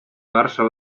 перша